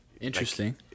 interesting